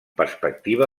perspectiva